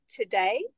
today